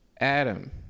Adam